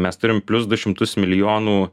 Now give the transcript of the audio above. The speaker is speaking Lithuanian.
mes turim plius du šimtus milijonų